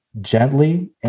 gently